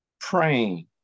praying